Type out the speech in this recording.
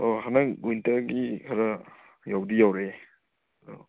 ꯑꯣ ꯅꯪ ꯋꯤꯟꯇꯔꯒꯤ ꯈꯔ ꯌꯧꯗꯤ ꯌꯧꯔꯛꯑꯦ ꯑꯗꯣ